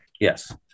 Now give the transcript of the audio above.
Yes